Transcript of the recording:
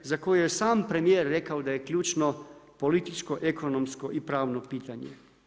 za koju je sam premijer rekao da je ključno, političko, ekonomsko i pravno pitanje.